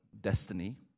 destiny